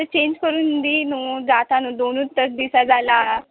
change करून दी न्हू जाता न्हू दोनूत तर दिसा जाला